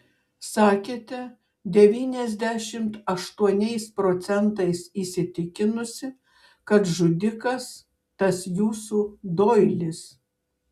sakėte devyniasdešimt aštuoniais procentais įsitikinusi kad žudikas tas jūsų doilis